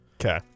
Okay